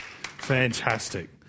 Fantastic